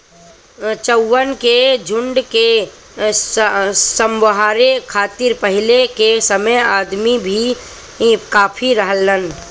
चउवन के झुंड के सम्हारे खातिर पहिले के समय अदमी ही काफी रहलन